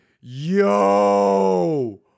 yo